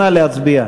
נא להצביע.